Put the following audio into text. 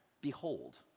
Behold